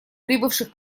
прибывших